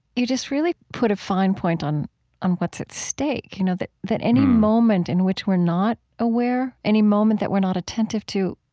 just really put a fine point on on what's at stake. you know, that that any moment in which we're not aware, any moment that we're not attentive to,